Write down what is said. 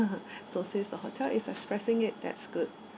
so since the hotel is expressing it that's good